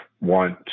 want